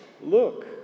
Look